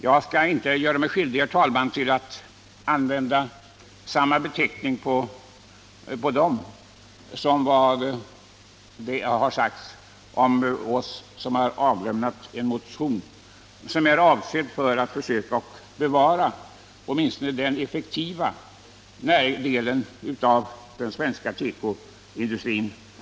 Jag skall inte här, herr talman, göra mig skyldig till att använda samma beteckning som satts på oss på dem, som avlämnat en motion som har till syfte att även i fortsättningen försöka bevara åtminstone den effektiva näringsdelen av den svenska tekoindustrin.